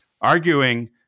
arguing